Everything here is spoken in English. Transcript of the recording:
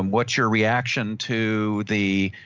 and what's your reaction to the